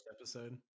episode